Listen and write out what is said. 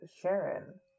Sharon